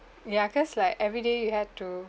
ya cause like everyday you have to